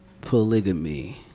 polygamy